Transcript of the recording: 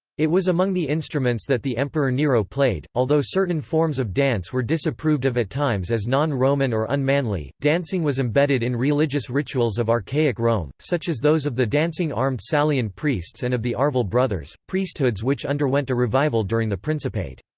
it was among the instruments that the emperor nero played although certain forms of dance were disapproved of at times as non-roman or unmanly, dancing was embedded in religious rituals of archaic rome, such as those of the dancing armed salian priests and of the arval brothers, priesthoods which underwent a revival during the principate.